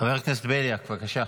חבר הכנסת בליאק, בבקשה.